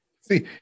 See